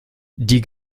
die